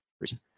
reason